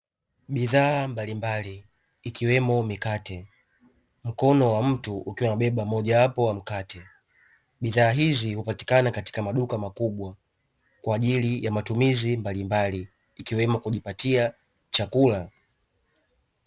Bidhaa mbalimbali ikiwemo mikate, mkono wa mtu ukiwa unabeba moja wapo wa mkate. Bidhaa hizi hupatikana katika maduka makubwa kwa ajili ya matumizi mbalimbali, ikiwemo kujipatia chakula.